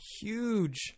Huge